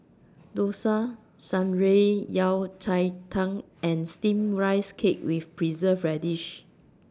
Dosa Shan Rui Yao Cai Tang and Steamed Rice Cake with Preserved Radish